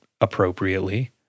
appropriately